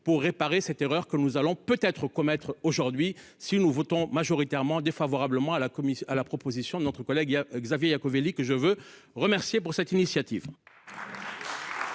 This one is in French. pour réparer cette erreur que nous allons peut-être commettre aujourd'hui si nous votons majoritairement défavorablement à la commission à la proposition de notre collègue il y a Xavier Iacovelli que je veux remercier pour cette initiative.